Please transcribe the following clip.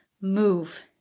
move